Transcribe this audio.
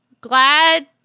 glad